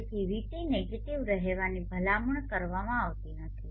તેથી VT negative રહેવાની ભલામણ કરવામાં આવતી નથી